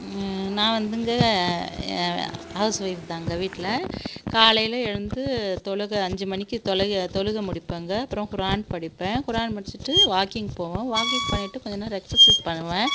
நான் வந்துங்க housewife தாங்க வீட்டில் காலையில் எழுந்து தொழுக அஞ்சு மணிக்கு தொழுக தொழுக முடிப்பேங்க அப்புறம் குரான் படிப்பேன் குரான் முடிச்சுட்டு வாக்கிங் போவோம் வாக்கிங் பண்ணிவிட்டு கொஞ்ச நேரம் எக்சஸைஸ் பண்ணுவேன்